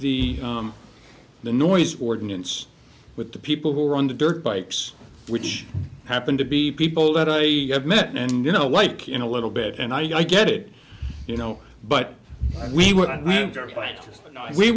the the noise ordinance with the people who run the dirt bikes which happened to be people that i have met and you know like you know a little bit and i get it you know but we w